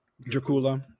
Dracula